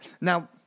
Now